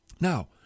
now